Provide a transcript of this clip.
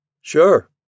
Sure